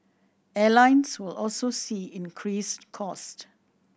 airlines will also see increased cost